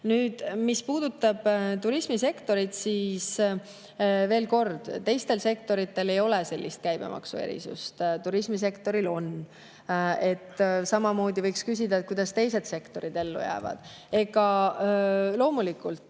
mis puudutab turismisektorit, siis veel kord [ütlen, et] teistel sektoritel ei ole sellist käibemaksuerisust, turismisektoril on. Samamoodi võiks küsida, kuidas teised sektorid ellu jäävad. Loomulikult